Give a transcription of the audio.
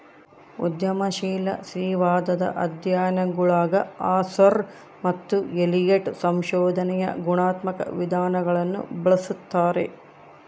ಉದ್ಯಮಶೀಲ ಸ್ತ್ರೀವಾದದ ಅಧ್ಯಯನಗುಳಗಆರ್ಸರ್ ಮತ್ತು ಎಲಿಯಟ್ ಸಂಶೋಧನೆಯ ಗುಣಾತ್ಮಕ ವಿಧಾನವನ್ನು ಬಳಸ್ತಾರೆ